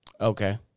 Okay